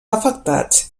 afectats